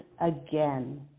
again